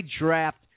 draft